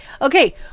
Okay